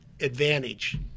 advantage